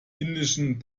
indischen